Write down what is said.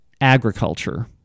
agriculture